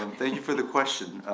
um thank you for the question.